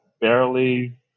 barely